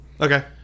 Okay